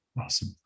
Awesome